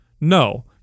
no